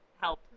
help